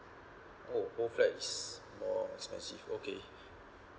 oh whole flat is more expensive okay